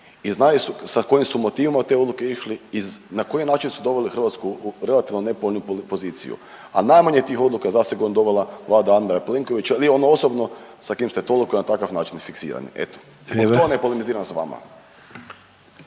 i znaju sa kojim su motivima te odluke išle i na koji način su doveli Hrvatsku u relativno nepovoljnu poziciju. A najmanje je tih odluka zasigurno donijela Vlada Andreja Plenkovića ili on osobno sa kim ste toliko i na takav način fiksirani. Eto zbog toga ne polemiziram sa vama.